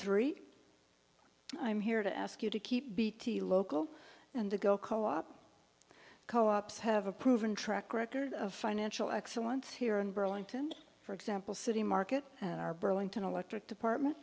three i'm here to ask you to keep beattie local and the go co op co ops have a proven track record of financial excellence here in burlington for example city market our burlington electric department